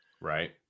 right